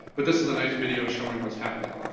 but this is a nice video showing what's happening.